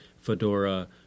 Fedora